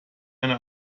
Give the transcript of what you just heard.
eine